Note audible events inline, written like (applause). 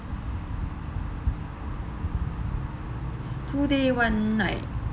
(breath) two days one night